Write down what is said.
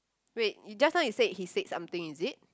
wait you just now you said he said something is it